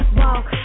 walk